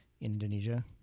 Indonesia